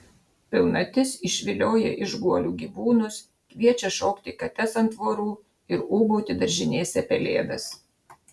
pilnatis išvilioja iš guolių gyvūnus kviečia šokti kates ant tvorų ir ūbauti daržinėse pelėdas